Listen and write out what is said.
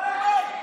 לך מפה.